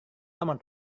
lama